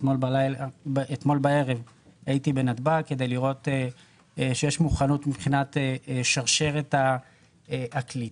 אתמול בערב הייתי בנתב"ג כדי לראות שיש מוכנות מבחינת שרשרת הקליטה,